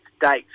date